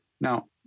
now